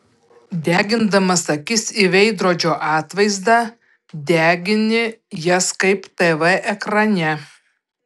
degindamas akis į veidrodžio atvaizdą degini jas kaip tv ekrane